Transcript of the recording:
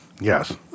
Yes